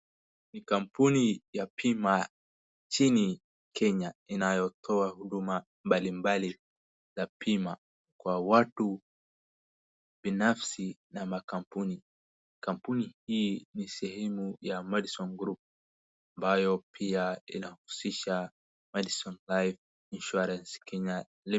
Ni kampuni ya bima nchini Kenya inayotoa huduma mbalimbali za bima kwa watu binafsi na makampuni. Kampuni hii ni sehemu ya Madison Group ambayo pia inahusisha Madison Life Insuarance Kenya Limited.